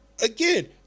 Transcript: Again